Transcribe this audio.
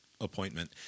appointment